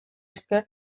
esker